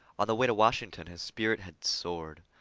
on the way to washington his spirit had soared.